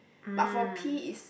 but for pee is